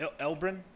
Elbrin